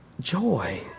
joy